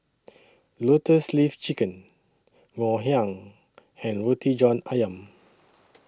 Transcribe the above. Lotus Leaf Chicken Ngoh Hiang and Roti John Ayam